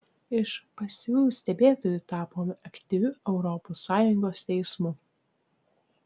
iš pasyvių stebėtojų tapome aktyviu europos sąjungos teismu